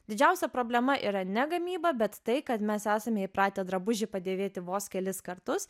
didžiausia problema yra ne gamyba bet tai kad mes esame įpratę drabužį padėvėti vos kelis kartus